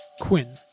Quinn